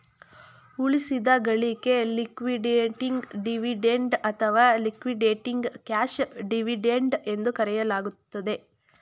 ಉಳಿಸಿದ ಗಳಿಕೆ liquidating dividend ಅಥವಾ ಲಿಕ್ವಿಡೇಟಿಂಗ್ ಕ್ಯಾಶ್ ಡಿವಿಡೆಂಡ್ ಎಂದು ಕರೆಯಲಾಗುತ್ತೆ